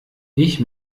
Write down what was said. ich